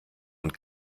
und